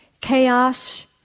Chaos